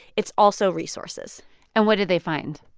it's also resources and what did they find?